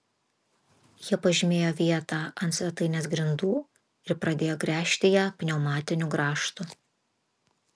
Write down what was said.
jie pažymėjo vietą ant svetainės grindų ir pradėjo gręžti ją pneumatiniu grąžtu